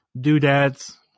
doodads